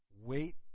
Wait